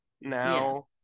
now